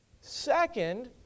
Second